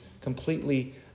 completely